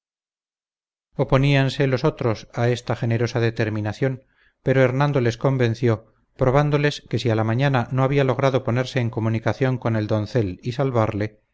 posición oponíais los otros a esta generosa determinación pero hernando les convenció probándoles que si a la mañana no había logrado ponerse en comunicación con el doncel y salvarle